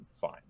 fine